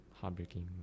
heartbreaking